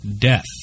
death